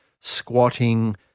squatting